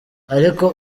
ariko